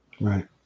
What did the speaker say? right